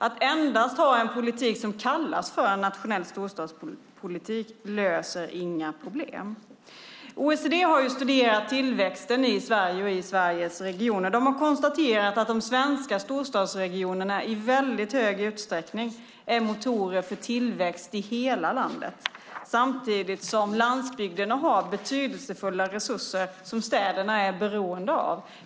Att endast ha en politik som kallas för nationell storstadspolitik löser inga problem. OECD har studerat tillväxten i Sverige och i Sveriges regioner. De har konstaterat att de svenska storstadsregionerna i stor utsträckning är motorer för tillväxt i hela landet samtidigt som landsbygderna har betydelsefulla resurser som städerna är beroende av.